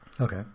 Okay